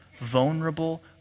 vulnerable